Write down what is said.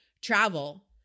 travel